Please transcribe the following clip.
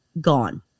Gone